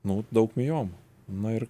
nu daug miomų na ir